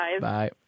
Bye